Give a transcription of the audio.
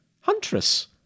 Huntress